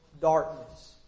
darkness